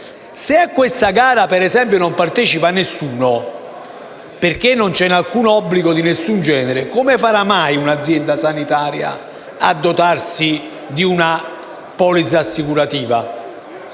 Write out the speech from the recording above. Se a questa gara, per esempio, non partecipa nessuno perché non c'è alcun obbligo di nessun genere, come farà mai un'azienda sanitaria a dotarsi di una polizza assicurativa?